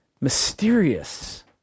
mysterious